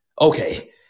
okay